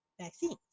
vaccines